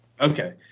Okay